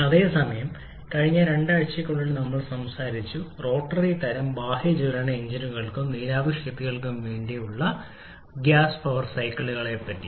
അതേസമയം കഴിഞ്ഞ രണ്ടാഴ്ചയ്ക്കുള്ളിൽ നമ്മൾ സംസാരിച്ചു റോട്ടറി തരം ബാഹ്യ ജ്വലന എഞ്ചിനുകൾക്കും നീരാവി ശക്തിക്കും വേണ്ടിയുള്ള ഗ്യാസ് പവർ സൈക്കിൾ സൈക്കിളുകൾ പറ്റി